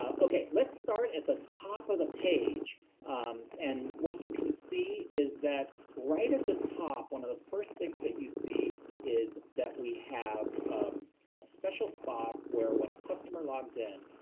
okay, let's start at the top of the page and what you can see is that right at the top, one of the first things that you see is that we have a special spot where when a customer logs in,